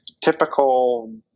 typical